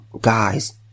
Guys